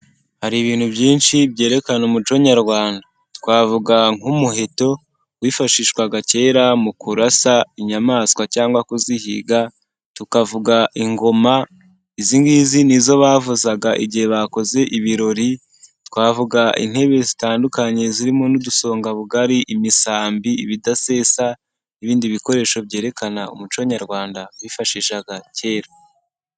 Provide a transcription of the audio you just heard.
Hari ibintu byinshi byerekana umuco nyarwanda, twavuga nk'umuheto wifashishwaga kera mu kurasa inyamaswa cyangwa kuzihiga, tukavuga ingoma, iz ngizi nizo bavuzaga igihe bakoze ibirori, twavuga intebe zitandukanye zirimo n'udusonga bugari, imisambi, ibidasesa n'ibindi bikoresho byerekana umuco nyarwanda bifashishaga kera.